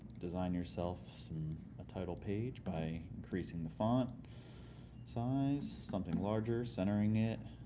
design yourself a title page by increasing the font size. something larger. centering it.